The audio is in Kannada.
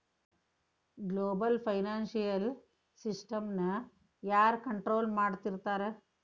ಗ್ಲೊಬಲ್ ಫೈನಾನ್ಷಿಯಲ್ ಸಿಸ್ಟಮ್ನ ಯಾರ್ ಕನ್ಟ್ರೊಲ್ ಮಾಡ್ತಿರ್ತಾರ?